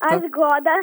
aš goda